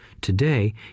Today